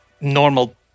normal